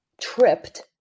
tripped